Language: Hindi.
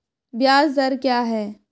ब्याज दर क्या है?